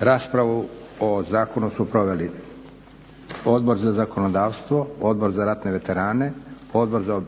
Raspravu o zakonu su proveli Odbor za zakonodavstvo, Odbor za ratne veterane, Odbor za